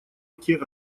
эти